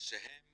שהן